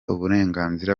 uburenganzira